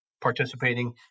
participating